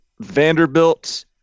Vanderbilt